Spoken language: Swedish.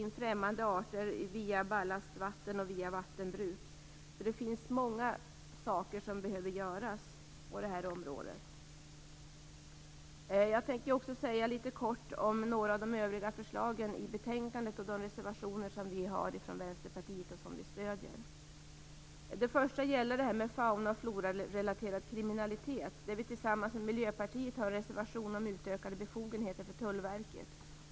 Det finns alltså mycket som behöver göras på detta område. Jag tänkte också kort beröra några av de övriga förslagen i betänkandet och de reservationer som vi i Vänsterpartiet har och som vi stöder. Det första gäller det detta med fauna och florarelaterad kriminalitet. Där har vi tillsammans med Miljöpartiet en reservation om utökade befogenheter för Tullverket.